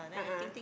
a'ah